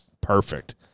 perfect